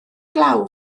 glaw